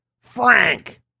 Frank